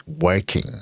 working